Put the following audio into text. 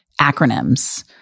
acronyms